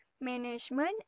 management